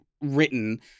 written